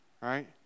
right